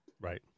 Right